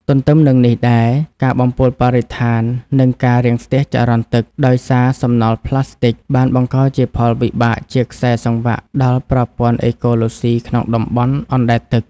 ទន្ទឹមនឹងនេះដែរ ការបំពុលបរិស្ថាន និងការរាំងស្ទះចរន្តទឹក ដោយសារសំណល់ផ្លាស្ទិក បានបង្កជាផលវិបាកជាខ្សែសង្វាក់ដល់ប្រព័ន្ធអេកូឡូស៊ីក្នុងតំបន់អណ្ដែតទឹក។